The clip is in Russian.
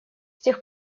тех